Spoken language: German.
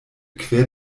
quer